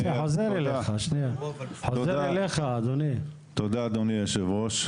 תודה, אדוני היושב-ראש.